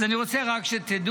אז אני רוצה רק שתדעו,